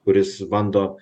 kuris bando